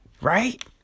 right